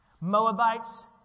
Moabites